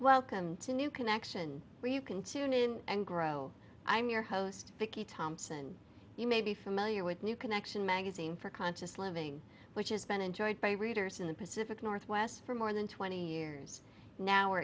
new connection where you can tune in and grow i'm your host vicky thompson you may be familiar with new connection magazine for conscious living which has been enjoyed by readers in the pacific northwest for more than twenty years now